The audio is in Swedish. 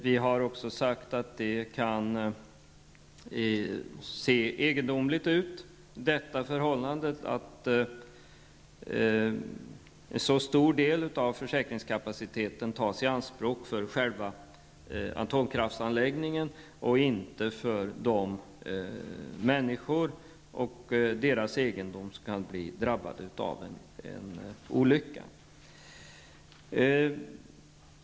Vi har också sagt att det kan se egendomligt ut att en så stor del av försäkringskapaciteten tas i anspråk för själva atomkraftsanläggningen och inte för de människor och deras egendom som kan komma att drabbas av en olycka.